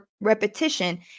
repetition